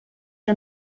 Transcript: que